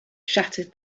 shattered